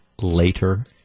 later